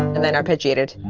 and then arpeggiated.